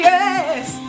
Yes